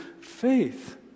faith